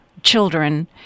Children